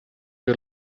you